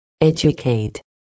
educate